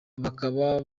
bakaba